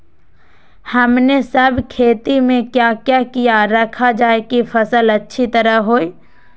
हमने सब खेती में क्या क्या किया रखा जाए की फसल अच्छी तरह होई?